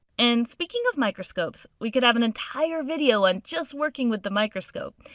and speaking of microscopes, we could have an entire video on just working with the microscope.